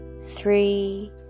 three